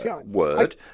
word